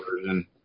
version